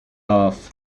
off